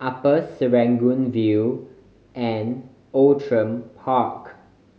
Upper Serangoon View and Outram Park